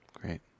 Great